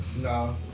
no